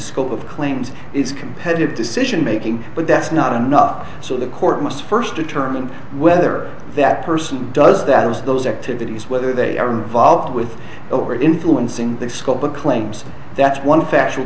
school of claims it's competitive decision making but that's not enough so the court must first determine whether that person does that is those activities whether they are involved with over influencing the scope of claims that's one factual